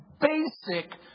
basic